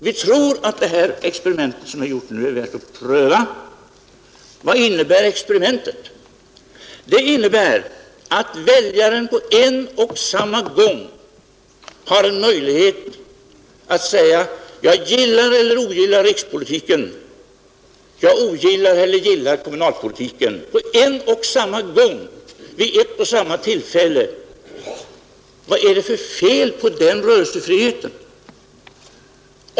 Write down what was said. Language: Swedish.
Vi tror att det här experimentet som vi har gjort nu är värt att pröva. Vad innebär experimentet? Det innebär att väljarna på en och samma gång har en möjlighet att säga: ”Jag gillar, eller ogillar, rikspolitiken. Jag ogillar, eller gillar, kommunalpolitiken.” På en och samma gång, vid ett och samma tillfälle — vad är det för fel på den rörelsefriheten?